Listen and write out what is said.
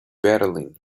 battling